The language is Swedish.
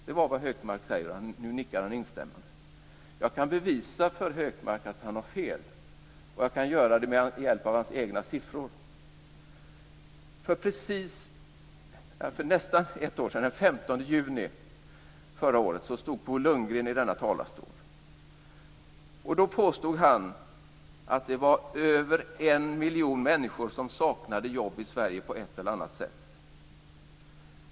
Det var vad Hökmark sade, och nu nickar han instämmande. Jag kan bevisa för Hökmark att han har fel. Jag kan göra det med hjälp av hans egna siffror. För nästan ett år sedan, den 15 juni förra året, stod Bo Lundgren i denna talarstol. Då påstod han att det var över 1 miljon människor som saknade jobb i Sverige på ett eller annat sätt.